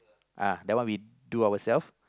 ah that one we do ourself